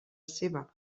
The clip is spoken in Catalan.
seva